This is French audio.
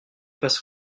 passe